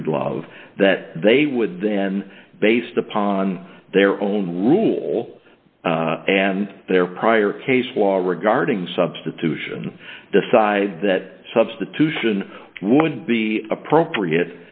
breedlove that they would then based upon their own rule and their prior case law regarding substitution decided that substitution would be appropriate